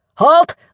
Halt